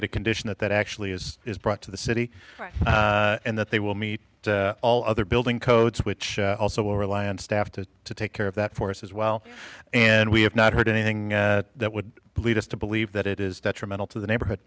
it a condition that that actually is brought to the city and that they will meet all other building codes which also will rely on staff to take care of that for us as well and we have not heard anything that would lead us to believe that it is detrimental to the neighborhood